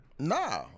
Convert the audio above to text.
Nah